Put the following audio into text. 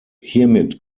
hiermit